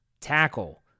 tackle